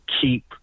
keep